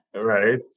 right